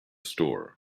store